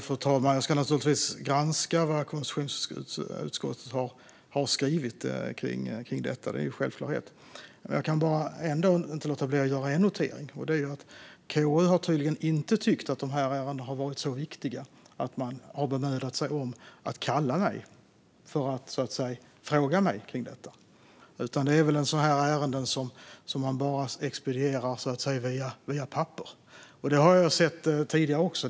Fru talman! Jag ska naturligtvis granska vad konstitutionsutskottet har skrivit om detta - det är en självklarhet. Men jag kan inte låta bli att göra en notering, och det är att KU tydligen inte har tyckt att de här ärendena har varit så viktiga att man har bemödat sig om att kalla mig till utskottet för att fråga mig om detta. Det är väl sådana här ärenden som man bara expedierar via papper. Det har jag sett tidigare också.